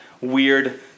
weird